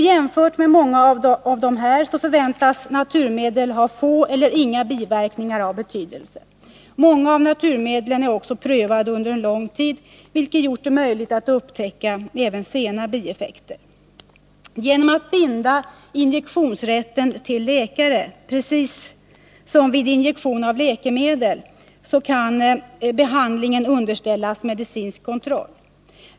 Jämfört med många av dessa förväntas naturmedel ha få eller inga biverkningar av betydelse. Många av naturmedlen är också prövade under lång tid, vilket gjort det möjligt att upptäcka även sena bieffekter. Genom att binda injektionsrätten till läkare, precis som vid injektion av läkemedel, kan behandlingen underställas medicinsk kontroll.